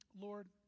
Lord